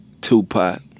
Tupac